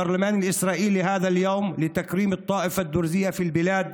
הפרלמנט הישראלי מייחד את היום הזה כדי לחלוק כבוד לעדה הדרוזית בארץ,